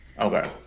okay